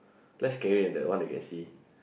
less scary than the one you can see